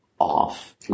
off